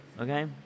Okay